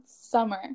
summer